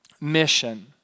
Mission